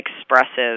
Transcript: expressive